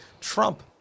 Trump